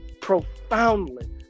profoundly